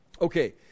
Okay